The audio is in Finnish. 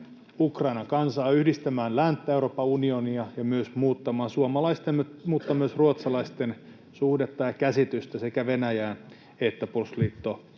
Ukrainan kansaa, yhdistämään länttä, Euroopan unionia ja myös muuttamaan suomalaisten ja myös ruotsalaisten suhdetta ja käsitystä sekä Venäjään että puolustusliitto